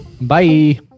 Bye